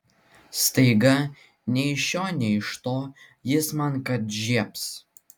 staiga nei iš šio nei iš to jis man kad žiebs